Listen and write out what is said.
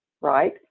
right